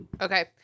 okay